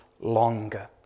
longer